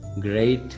Great